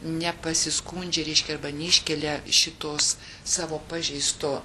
nepasiskundžia reiškia arba neiškelia šitos savo pažeisto